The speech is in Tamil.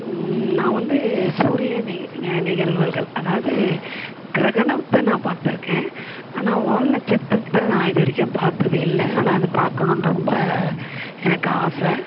நான் வந்து சூரிய நி நிகழ்வுகள் அதாவது கிரகணத்தை நான் பார்த்து இருக்கேன் ஆனால் வால் நட்சத்திரத்தை நான் இதுவரைக்கும் பார்த்தது இல்லை ஆனால் அது பார்க்குணுன்னு ரொம்ப எனக்கு ஆசை